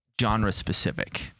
genre-specific